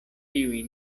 tiuj